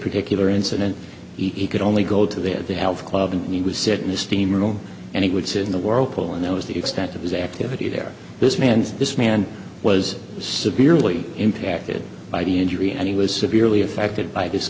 particular incident he could only go to the health club and he would sit in the steam room and he would sit in the whirlpool and that was the extent of his activity there this man's this man was severely impacted by the injury and he was severely if acted by this